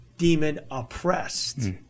demon-oppressed